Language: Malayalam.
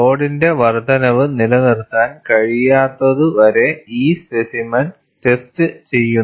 ലോഡിന്റെ വർദ്ധനവ് നിലനിർത്താൻ കഴിയാത്തതുവരെ ഈ സ്പെസിമെൻ ടെസ്റ്റ് ചെയ്യുന്നു